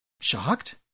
Shocked